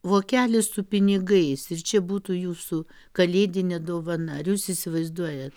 vokelį su pinigais ir čia būtų jūsų kalėdinė dovana ar jūs įsivaizduojat